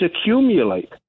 accumulate